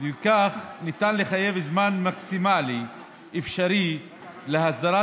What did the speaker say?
וכך ניתן לחייב זמן מקסימלי אפשרי להסדרת